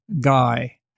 guy